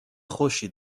خوشی